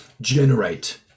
generate